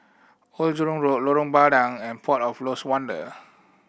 Old Jurong Road Lorong Bandang and Port of Lost Wonder